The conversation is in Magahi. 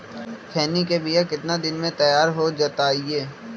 खैनी के बिया कितना दिन मे तैयार हो जताइए?